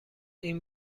این